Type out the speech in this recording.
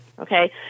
Okay